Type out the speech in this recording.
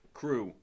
crew